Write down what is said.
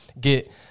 get